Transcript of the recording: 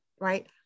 right